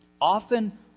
often